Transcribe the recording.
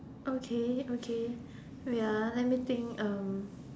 okay okay wait ah let me think um